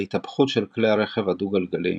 וההתהפכות של כלי הרכב הדו גלגליים.